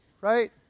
right